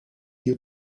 you